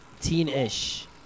Teen-ish